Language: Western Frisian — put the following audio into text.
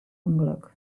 ûngelok